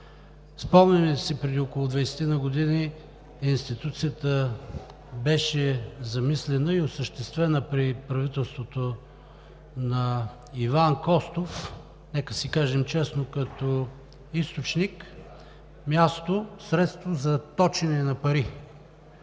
Спомняте си преди около двайсетина години институцията беше замислена и осъществена при правителството на Иван Костов – нека си кажем честно, като източник, място, средство за точене на пари.